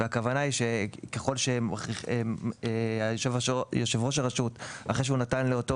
הכוונה היא שאחרי שיושב ראש הרשות נתן לאותו